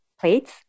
plates